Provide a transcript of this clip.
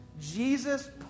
Jesus